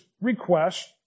request